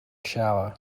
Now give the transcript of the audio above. shower